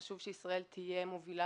חשוב שישראל תהיה מובילה